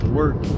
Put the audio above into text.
work